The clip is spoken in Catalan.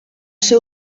ser